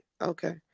Okay